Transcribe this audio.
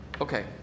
Okay